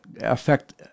affect